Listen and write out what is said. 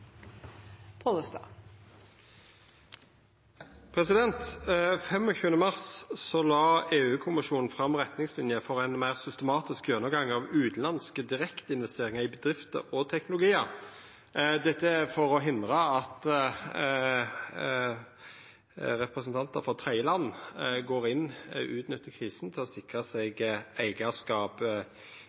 mars la EU-kommisjonen fram retningslinjer for ein meir systematisk gjennomgang av utanlandske direkteinvesteringar i bedrifter og teknologiar – dette for å hindra at representantar frå tredjeland går inn og utnyttar krisa til å sikra seg eigarskap